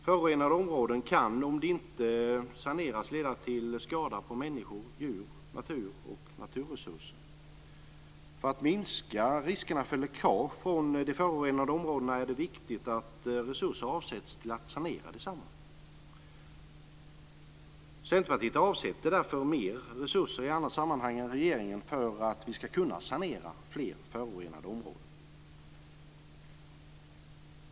Förorenade områden kan om de inte saneras leda till skada på människor, djur, natur och naturresurser. För att minska riskerna för läckage från de förorenade områdena är det viktigt att resurser avsätts till att sanera dessa. Centerpartiet avsätter därför mer resurser än regeringen för att vi ska kunna sanera fler förorenade områden.